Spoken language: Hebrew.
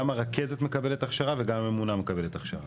גם הרכזת מקבלת הכשרה וגם הממונה מקבלת הכשרה.